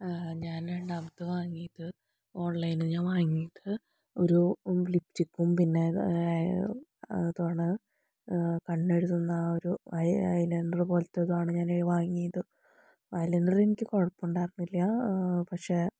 ഞാൻ രണ്ടാമത് വാങ്ങിയത് ഓൺലൈനിൽ നിന്ന് ഞാൻ വാങ്ങിയത് ഒരു ലിപ്സ്റ്റിക്കും പിന്നെ അതുമാണ് കണ്ണെഴുതുന്ന ഒരു ഐലൈനർ പോലത്തെതാണ് ഞാൻ വാങ്ങിയത് ഐലൈനർ എനിക്ക് കുഴപ്പമുണ്ടായിരുന്നില്ല പക്ഷെ